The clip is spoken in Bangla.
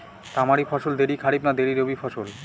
তামারি ফসল দেরী খরিফ না দেরী রবি ফসল?